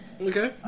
Okay